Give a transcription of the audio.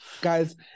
Guys